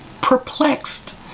perplexed